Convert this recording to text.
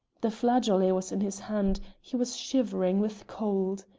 the flageolet was in his hand he was shivering with cold.